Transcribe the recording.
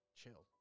chill